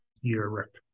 europe